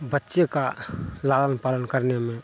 बच्चे का लालन पालन करने में